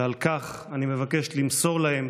ועל כך אני מבקש למסור להם,